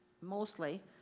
mostly